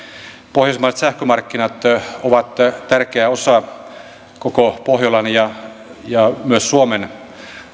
pohjoismaiset sähkömarkkinat ovat tärkeä osa koko pohjolan ja ja myös suomen